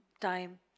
time